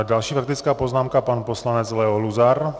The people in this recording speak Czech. Další faktická poznámka pan poslanec Leo Luzar.